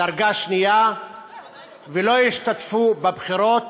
דרגה שנייה ולא ישתתפו בבחירות,